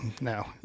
no